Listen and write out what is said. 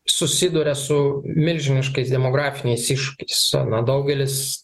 susiduria su milžiniškais demografiniais iššūkiais na nedaugelis